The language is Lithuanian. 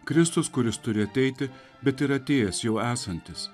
kristus kuris turi ateiti bet ir atėjęs jau esantis